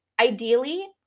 Ideally